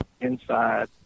inside